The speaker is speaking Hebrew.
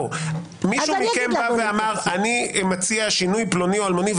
מישהו מכם בא ואמר: אני מציע שינוי פלוני או אלמוני,